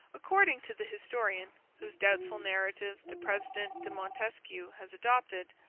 according to the historian, whose doubtful narrative the president de montesquieu has adopted,